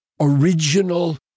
original